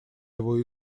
его